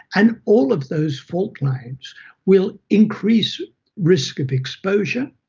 and all of those fault lines will increase risk of exposure,